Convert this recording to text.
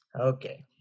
Okay